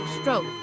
stroke